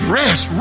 rest